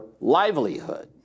livelihood